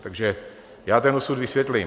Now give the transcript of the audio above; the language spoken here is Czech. Takže já ten osud vysvětlím.